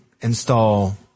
install